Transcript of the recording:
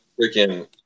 freaking